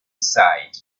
sight